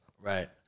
Right